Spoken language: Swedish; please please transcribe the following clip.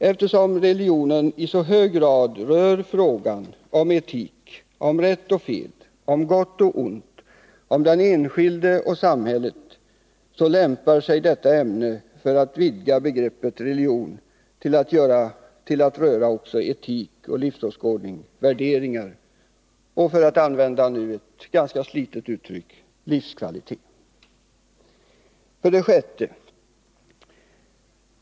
Eftersom religionen i så hög grad rör frågor om etik, om rätt och fel, om gott och ont, om den enskilde och samhället, lämpar sig detta ämne för att vidga begreppet religion till att röra också etik, livsåskådning och värderingar och, för att använda ett ganska slitet uttryck, livskvalitet. 6.